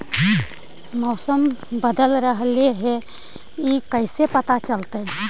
मौसम बदल रहले हे इ कैसे पता चलतै?